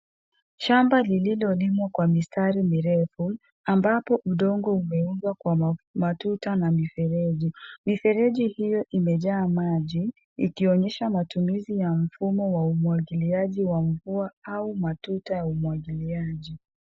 Shamba lililolimwa kwa mistari mirefu ambapo udongo umeundwa kwa matuta na mifereji. Mifereji hiyo imejaa maji ikionyesha matumizi ya mfumo wa umwagiliaji wa mvua au matuta ya umwagiliaji.